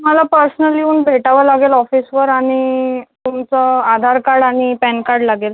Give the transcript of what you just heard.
मला पर्सनल येऊन भेटावं लागेल ऑफिसवर आणि तुमचं आधार कार्ड आणि पॅन कार्ड लागेल